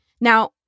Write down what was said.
Now